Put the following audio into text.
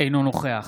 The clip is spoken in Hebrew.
אינו נוכח